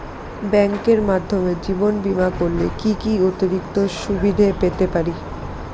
ব্যাংকের মাধ্যমে জীবন বীমা করলে কি কি অতিরিক্ত সুবিধে পেতে পারি?